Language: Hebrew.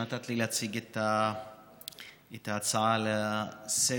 שנתת לי להציג את ההצעה לסדר-היום.